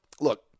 Look